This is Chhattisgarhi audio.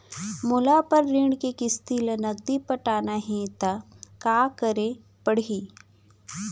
मोला अपन ऋण के किसती ला नगदी पटाना हे ता का करे पड़ही?